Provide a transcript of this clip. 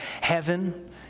Heaven